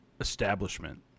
establishment